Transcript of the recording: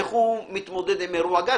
איך הוא מתמודד עם אירוע גז.